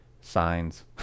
signs